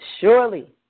Surely